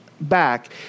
back